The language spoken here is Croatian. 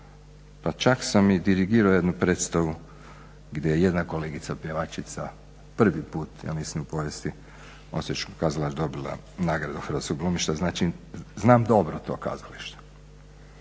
pa čak sam i dirigirao jednu predstavu gdje je jedna kolegica pjevačica prvi puta ja mislim u povijesti Osječkog kazališta dobila Nagradu hrvatskog glumišta, znači znam dobro to kazalište.